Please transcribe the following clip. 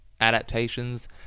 adaptations